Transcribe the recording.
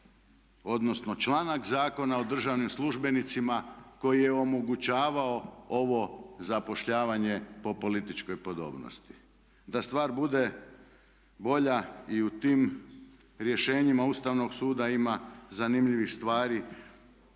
odnosno članak Zakona o državnim službenicima koji je omogućavao ovo zapošljavanje po političkoj podobnosti. Da stvar bude bolja i u tim rješenjima Ustavnog suda ima zanimljivih stvari,